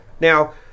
Now